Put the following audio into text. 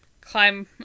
climb